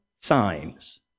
signs